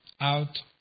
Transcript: out